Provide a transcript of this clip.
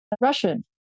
Russian